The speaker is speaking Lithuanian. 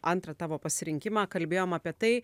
antrą tavo pasirinkimą kalbėjom apie tai